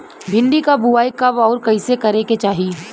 भिंडी क बुआई कब अउर कइसे करे के चाही?